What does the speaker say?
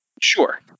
Sure